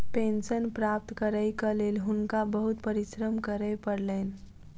pension प्राप्त करैक लेल हुनका बहुत परिश्रम करय पड़लैन